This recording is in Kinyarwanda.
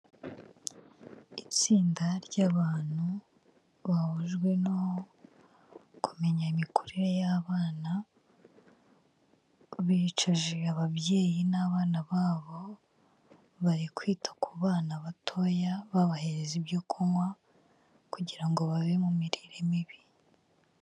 Itsinda ry'abantu bahujwe no kumenya imikurire y'abana, bicaje ababyeyi n'abana babo, bari kwita ku bana batoya babahereza ibyo kunywa kugira ngo bave mu mirire mibi.